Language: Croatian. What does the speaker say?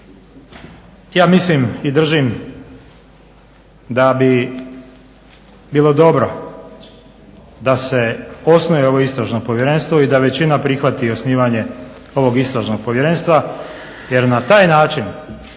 ja mislim i držim da bi bilo dobro da se osnuje ovo istražno povjerenstvo i da većina prihvati osnivanje ovog istražnog povjerenstva, jer na taj način